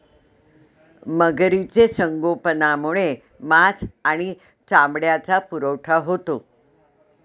मगरीचे संगोपनामुळे मांस आणि चामड्याचा पुरवठा होतो